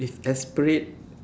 it's aspirate